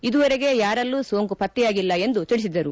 ಇದುವರೆಗೆ ಯಾರಲ್ಲೂ ಸೋಂಕು ಪತ್ತೆಯಾಗಿಲ್ಲ ಎಂದು ತಿಳಿಸಿದರು